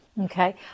Okay